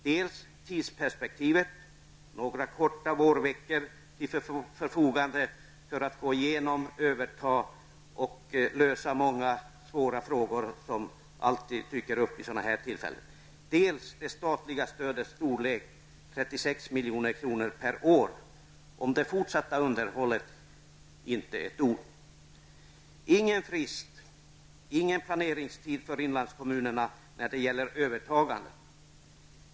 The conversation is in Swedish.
Dels har vi tidsperspektivet -- några korta vårveckor till förfogande för att gå igenom, överta och lösa de många svåra frågor som alltid dyker upp vid sådana här tillfällen, dels det statliga stödets storlek -- 36 milj.kr. per år; om det fortsatta underhållet sade man inte ord. Ingen frist, ingen planeringstid för inlandskommunerna när det gäller övertagandet.